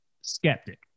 skeptic